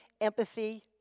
empathy